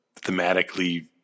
thematically